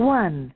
one